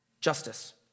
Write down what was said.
justice